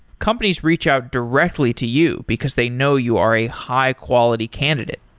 companies reach out directly to you, because they know you are a high-quality candidate.